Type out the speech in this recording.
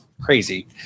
crazy